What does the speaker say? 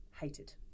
hated